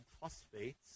phosphates